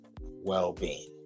well-being